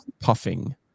puffing